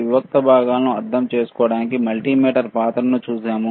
వివిక్త భాగాలను అర్థం చేసుకోవడానికి మల్టీమీటర్ పాత్రను చూశాము